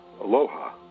Aloha